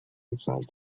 inside